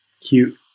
cute